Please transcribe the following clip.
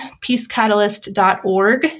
Peacecatalyst.org